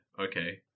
okay